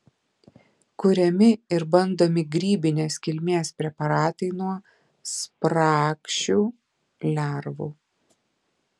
kuriami ir bandomi grybinės kilmės preparatai nuo spragšių lervų